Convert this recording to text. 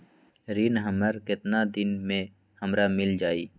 ऋण हमर केतना दिन मे हमरा मील जाई?